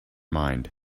mind